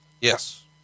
Yes